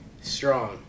strong